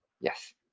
Yes